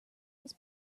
was